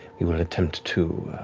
we will attempt to